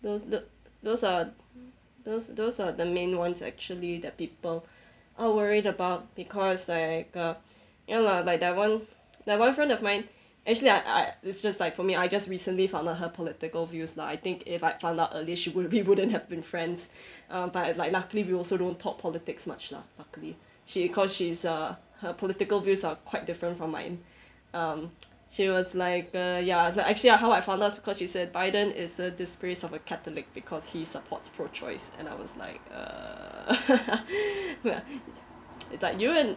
those those are those those are the main ones actually that people are worried about because like uh ya lah like that one that one friend of mine actually I I it's just like for me I just recently founded her political views lah I think if I found out early she wouldn't be wouldn't have been friends but like luckily we also don't talk politics much lah luckily she cause she saw her political views are quite different from mine um she was like err ya so actually I how I found out cause she said biden is a disgrace of a catholic because he supports pro choice and I was like err where it's like you and